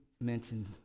mentioned